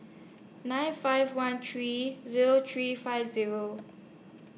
nine five one three Zero three five Zero